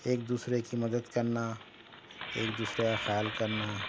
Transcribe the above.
ایک دوسرے کی مدد کرنا ایک دوسرے کا خیال کرنا